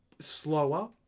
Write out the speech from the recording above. slower